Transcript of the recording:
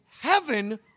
heaven